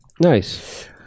Nice